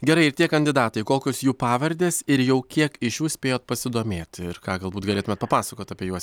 gerai ir tie kandidatai kokios jų pavardės ir jau kiek iš jų spėjot pasidomėti ir ką galbūt galėtumėte papasakoti apie juos